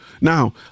Now